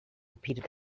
repeated